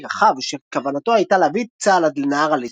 רחב שכוונתו הייתה להביא את צה"ל עד לנהר הליטני,